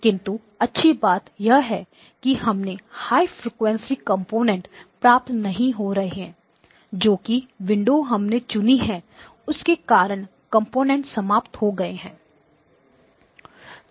किंतु अच्छी बात यह है कि हमें हाई फ्रिकवेंसी कंपोनेंट्स प्राप्त नहीं हो रहे क्योंकि जो विंडो हमने चुनी है उसके कारण कंपोनेंट समाप्त हो गए हैं